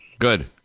Good